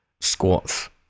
squats